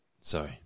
Sorry